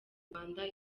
rwanda